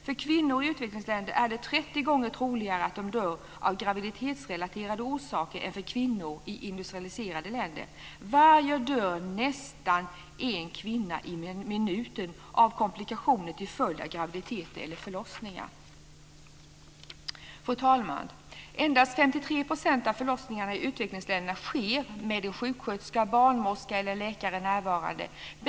För kvinnor i utvecklingsländer är det 30 gånger troligare att de dör av graviditetsrelaterade orsaker än för kvinnor i industrialiserade länder. Varje dag dör nästan en kvinna i minuten av komplikationer till följd av graviditet eller förlossning. Fru talman! Endast 53 % av förlossningarna i utvecklingsländerna sker med en sjuksköterska, barnmorska eller läkare närvarande.